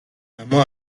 اما